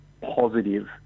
positive